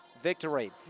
victory